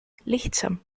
lihtsam